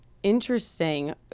interesting